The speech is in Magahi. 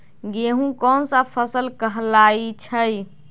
गेहूँ कोन सा फसल कहलाई छई?